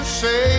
say